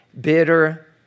bitter